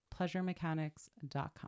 PleasureMechanics.com